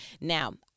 Now